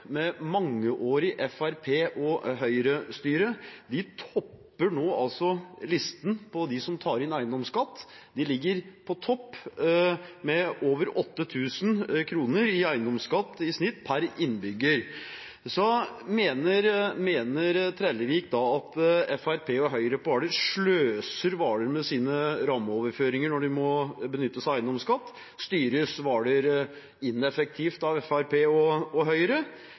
med mangeårig Fremskrittsparti- og Høyre-styre, nå topper listen over dem som tar inn eiendomsskatt. De ligger på topp, med over 8 000 kr i eiendomsskatt i snitt per innbygger. Mener Trellevik at Fremskrittspartiet og Høyre på Hvaler sløser med Hvalers rammeoverføringer når de må benytte seg av eiendomsskatt? Styres Hvaler ineffektivt av Fremskrittspartiet og Høyre?